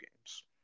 games